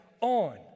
on